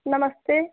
नमस्ते